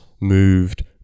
moved